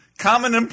Common